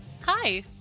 Hi